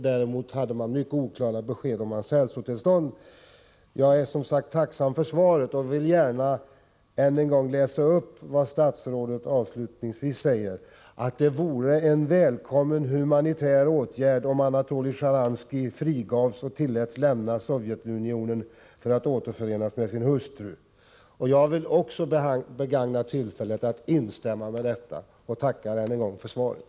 Däremot hade man mycket oklara uppgifter om hans hälsotillstånd. Jag är som sagt tacksam för svaret. Jag vill gärna än en gång läsa upp vad statsrådet avslutningsvis säger: ”det vore en välkommen humanitär åtgärd om Anatolij Sjtjaranskij frigavs och tilläts lämna Sovjetunionen för att återförenas med sin hustru”. Jag vill också begagna tillfället att instämma i detta och tackar än en gång för svaret.